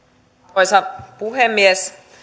arvoisa puhemies